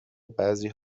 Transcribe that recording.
بعضی